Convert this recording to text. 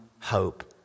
hope